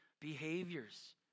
behaviors